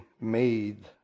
made